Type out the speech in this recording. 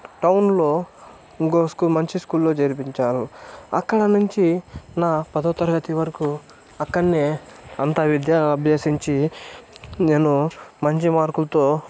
టౌన్లో ఇంకో స్కూ మంచి స్కూల్లో చేర్పించారు అక్కడ నుంచి నా పదో తరగతి వరకు అక్కడనే అంత విద్యనభ్యసించి నేను మంచి మార్కులతో